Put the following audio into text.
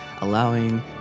allowing